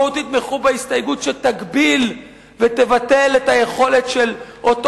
בואו ותתמכו בהסתייגות שתגביל ותבטל את היכולת של אותו